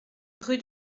rue